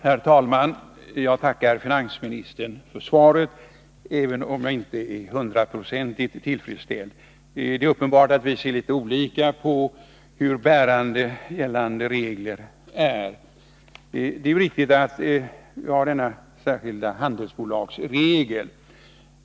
Herr talman! Jag tackar finansministern för svaret, även om jag inte är hundraprocentigt tillfredsställd. Det är uppenbart att vi har litet olika syn på hur bärande gällande regler är. Det är riktigt att vi har denna särskilda handelsbolagsregel.